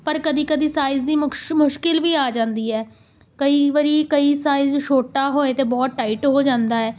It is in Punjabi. ਪਰ ਕਦੇ ਕਦੇ ਸਾਈਜ਼ ਦੀ ਮੁਕਸ਼ ਮੁਸ਼ਕਿਲ ਵੀ ਆ ਜਾਂਦੀ ਹੈ ਕਈ ਵਾਰੀ ਕਈ ਸਾਈਜ਼ ਛੋਟਾ ਹੋਵੇ ਤਾਂ ਬਹੁਤ ਟਾਈਟ ਹੋ ਜਾਂਦਾ ਹੈ